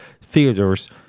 Theaters